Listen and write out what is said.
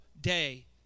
day